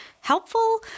helpful